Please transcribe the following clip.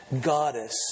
goddess